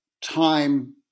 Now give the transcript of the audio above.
time